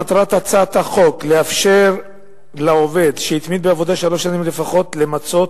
מטרת הצעת החוק היא לאפשר לעובד שהתמיד בעבודה שלוש שנים לפחות למצות